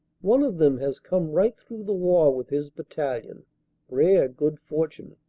one of them has come right through the war with his battalion rare good fortune.